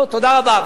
לא, תודה רבה.